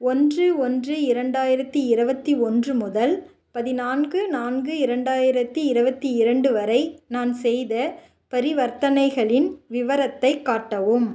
ஒன்று ஒன்று இரண்டாயிரத்து இருபத்தி ஒன்று முதல் பதினான்கு நான்கு நான்கு இரண்டாயிரத்து இருபத்தி இரண்டு வரை நான் செய்த பரிவர்த்தனைகளின் விவரத்தை காட்டவும்